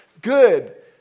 good